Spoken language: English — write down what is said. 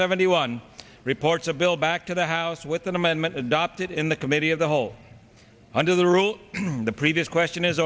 seventy one reports a bill back to the house with an amendment adopted in the committee of the whole under the rule the previous question is